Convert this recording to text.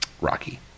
Rocky